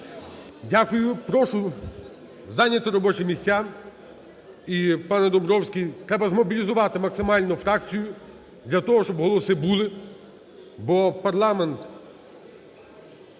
Дякую. Прошу зайняти робочі місця. І, пане Домбровський, треба змобілізувати максимально фракцію для того, щоб голоси були, бо парламент